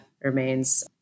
remains